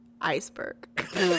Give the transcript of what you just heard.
iceberg